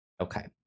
okay